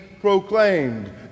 proclaimed